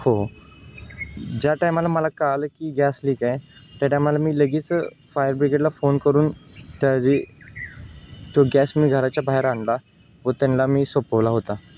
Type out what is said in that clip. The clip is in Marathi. हो हो ज्या टायमाला मला कळालं की गॅस लीक आहे त्या टायमाला मी लगेच फायर ब्रिगेडला फोन करून त्याची तो गॅस मी घराच्या बाहेर आणला व त्यांना मी सोपवला होता